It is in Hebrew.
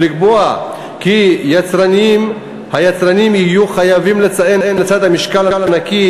ולקבוע כי היצרנים יהיו חייבים לציין לצד המשקל הנקי